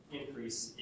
increase